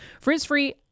Frizz-free